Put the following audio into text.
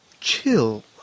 Chill